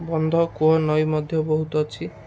ବନ୍ଧ କୂଅ ନଈ ମଧ୍ୟ ବହୁତ ଅଛି